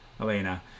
Elena